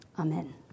Amen